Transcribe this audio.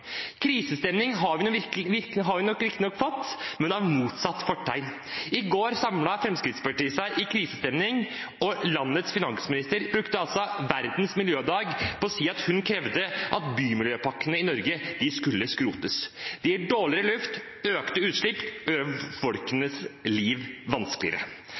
Krisestemning har vi riktignok fått, men med motsatt fortegn. I går samlet Fremskrittspartiet seg i krisestemning, og landets finansminister brukte verdens miljødag på å si at hun krevde at bymiljøpakkene i Norge skulle skrotes. Det gir dårligere luft og økte utslipp, og det gjør folks liv vanskeligere.